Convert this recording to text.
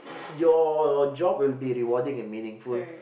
your job will be rewarding and meaningful